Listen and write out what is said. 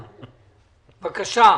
בבקשה,